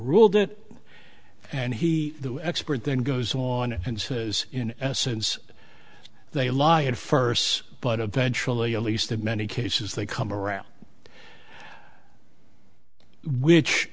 ruled it and he the expert then goes on and says in essence they lie at first but eventually at least that many cases they come around which